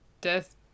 death